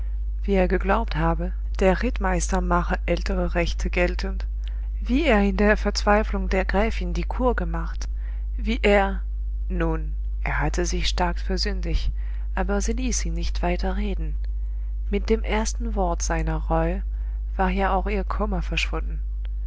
wie er geglaubt habe der rittmeister mache ältere rechte geltend wie er in der verzweiflung der gräfin die cour gemacht wie er nun er hatte sich stark versündigt aber sie ließ ihn nicht weiter reden mit dem ersten wort seiner reue war ja auch ihr kummer verschwunden